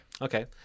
Okay